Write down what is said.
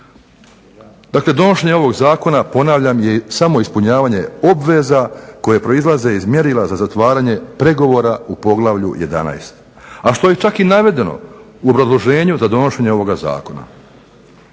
Dakle, donošenje ovog zakona ponavljam je samo ispunjavanje obveza koje proizlaze iz mjerila za zatvaranje pregovora u Poglavlju 11., a što je čak i navedeno u obrazloženju za donošenje ovoga zakona.